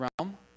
realm